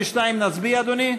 92, נצביע, אדוני?